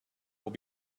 will